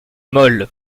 molle